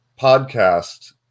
podcast